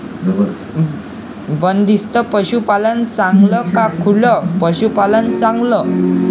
बंदिस्त पशूपालन चांगलं का खुलं पशूपालन चांगलं?